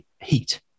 heat